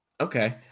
okay